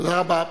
תודה רבה.